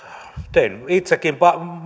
tein itsekin